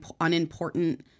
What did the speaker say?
unimportant